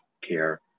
care